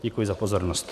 Děkuji za pozornost.